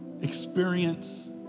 experience